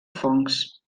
fongs